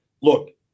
look